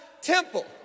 temple